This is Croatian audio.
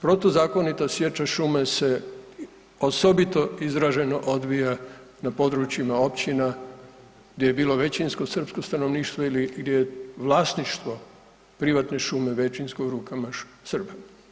Protuzakonita sječa šume se osobito izraženo odvija na područjima općina gdje je bilo većinsko srpsko stanovništvo ili gdje je vlasništvo privatne šume većinsko u rukama Srba.